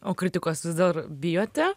o kritikos vis dar bijote